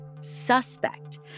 suspect